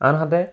আনহাতে